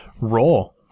roll